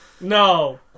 No